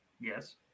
Yes